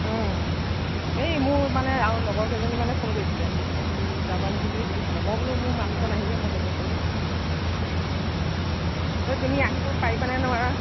এই মোৰ মানে আৰু লগৰ কেইজনীমানে ফোন কৰিছিলে হেৰি যাব নেকি বুলি সুধিছিলে মই বোলো মোৰ মানুহজন আহিলেহে মই যাব পাৰিম অৰু তুমি আহিব পাৰিবানে নোৱাৰা